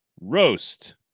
roast